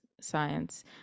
science